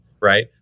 right